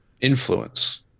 Influence